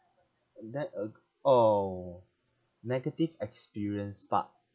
uh that ugh orh negative experience part